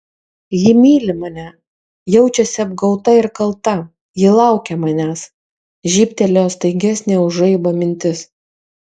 ji myli mane jaučiasi apgauta ir kalta ji laukia manęs žybtelėjo staigesnė už žaibą mintis